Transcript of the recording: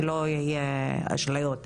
שלא יהיו אשליות בנושא.